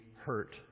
hurt